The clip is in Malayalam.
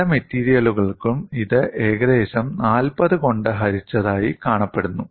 പല മെറ്റീരിയലുകൾക്കും ഇത് ഏകദേശം 40 കൊണ്ട് ഹരിച്ചതായി കാണപ്പെടുന്നു